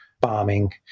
bombing